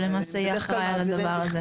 שלמעשה יהיה אחראי על הדבר הזה.